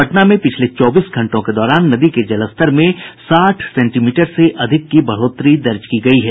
पटना में पिछले चौबीस घंटों के दौरान नदी के जलस्तर में साठ सेंटीमीटर से अधिक की बढ़ोत्तरी दर्ज की गयी है